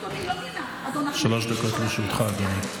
שלוש דקות לרשותך, אדוני.